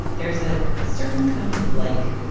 there's a certain kind of like.